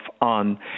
on